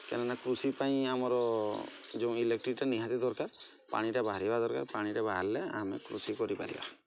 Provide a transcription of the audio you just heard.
କାହିଁକିନା କୃଷି ପାଇଁ ଆମର ଯେଉଁ ଏଲେକ୍ଟ୍ରିଟା ନିହାତି ଦରକାର ପାଣିଟା ବାହାରିବା ଦରକାର ପାଣିଟା ବାହାରିଲେ ଆମେ କୃଷି କରିପାରିବା